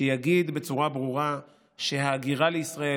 שיגיד בצורה ברורה שההגירה לישראל,